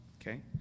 Okay